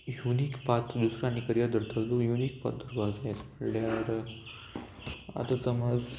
unique पात दुसरे आनी करियर धरतले तूं म्हणजे युनीक पात धरपाक जाय म्हणल्यार आतां समज